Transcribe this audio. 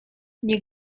nie